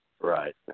right